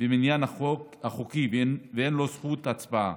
במניין החוקי ואין לו זכות הצבעה.